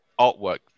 artwork